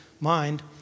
mind